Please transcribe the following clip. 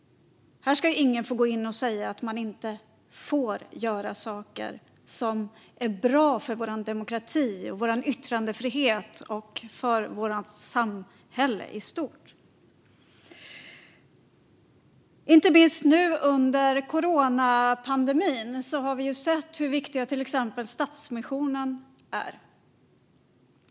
Här ska ingen få gå in och säga att man inte får göra saker som är bra för vår demokrati, för vår yttrandefrihet och för vårt samhälle i stort. Inte minst nu under coronapandemin har vi sett hur viktig till exempel Stadsmissionen är.